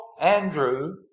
Andrew